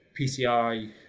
PCI